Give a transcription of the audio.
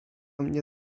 mnie